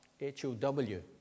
H-O-W